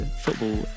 football